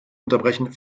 unterbrechen